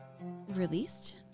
released